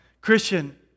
Christian